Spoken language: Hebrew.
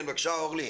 כן, בבקשה, אורלי.